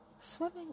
Swimming